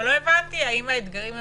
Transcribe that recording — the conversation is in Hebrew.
אבל לא הבנתי אם הם בתפיסה